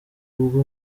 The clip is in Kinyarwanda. ubwo